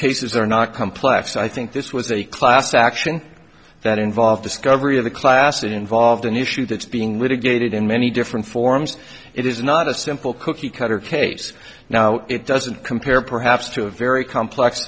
cases are not complex i think this was a class action that involved discovery of the class it involved an issue that's being litigated in many different forms it is not a simple cookie cutter case now it doesn't compare perhaps to a very complex